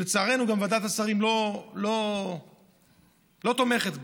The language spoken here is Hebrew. שלצערנו ועדת השרים לא תומכת בה.